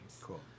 Cool